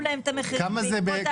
להם את המחיר בעקבות ההסתייגויות שלי.